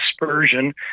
dispersion